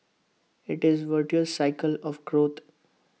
IT is A virtuous cycle of growth